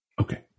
Okay